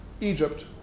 Egypt